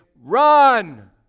run